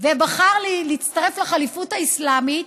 ובחר להצטרף לח'ליפות האסלאמית,